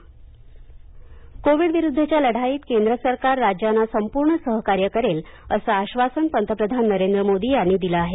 पंतप्रधान मख्यमंत्री वैठक कोविडविरुद्धच्या लढाईत केंद्र सरकार राज्यांना संपूर्ण सहकार्य करेल असं आश्वासन पंतप्रधान नरेंद्र मोदी यांनी दिलं आहे